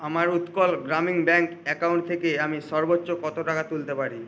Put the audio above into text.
আমার Utkal Grameen bank account থেকে আমি সর্বোচ্চ কত টাকা তুলতে পারি